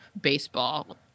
baseball